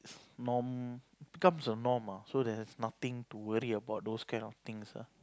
norm becomes a norm ah so there's nothing to worry about those kind of things ah